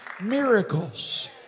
miracles